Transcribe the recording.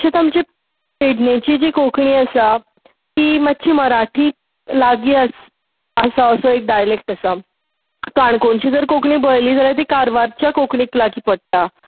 तशेंच आमचें पेडणेची जी कोंकणी आसा ती मात्शी मराठीक लागी आसा असो एक डायलॅक्ट आसा काणकोणची जर कोंकणी पळयली जाल्यार ती कारवारच्या कोंकणीक लागी पडटा